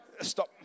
Stop